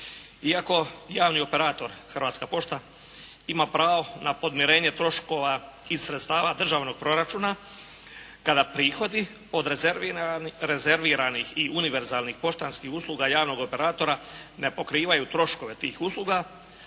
Iako javni operator Hrvatska pošta ima pravo na podmirenje troškova iz sredstava državnog proračuna kada prihodi od rezerviranih i univerzalnih poštanskih usluga javnog operatora ne pokrivaju troškove tih usluga,